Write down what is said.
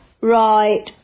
Right